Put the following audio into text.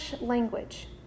language